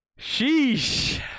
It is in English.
sheesh